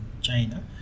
China